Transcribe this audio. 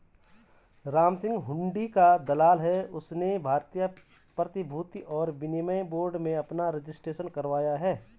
रामसिंह हुंडी का दलाल है उसने भारतीय प्रतिभूति और विनिमय बोर्ड में अपना रजिस्ट्रेशन करवाया है